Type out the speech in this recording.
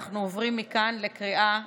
אנחנו עוברים מכאן לקריאה שלישית.